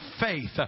faith